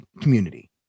community